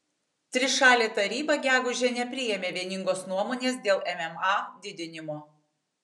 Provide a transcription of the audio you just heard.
trišalė taryba gegužę nepriėmė vieningos nuomonės dėl mma didinimo